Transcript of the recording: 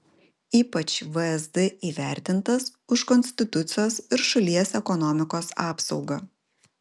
ypač vsd įvertintas už konstitucijos ir šalies ekonomikos apsaugą